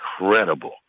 incredible